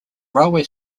railway